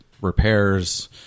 repairs